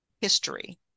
history